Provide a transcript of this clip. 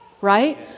Right